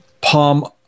Palm